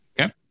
okay